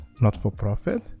not-for-profit